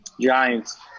Giants